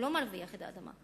הוא לא מרוויח את האדמה.